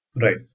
Right